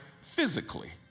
physically